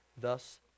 Thus